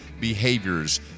behaviors